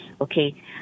okay